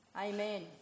Amen